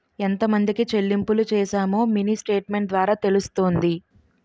ఎంతమందికి చెల్లింపులు చేశామో మినీ స్టేట్మెంట్ ద్వారా తెలుస్తుంది